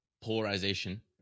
polarization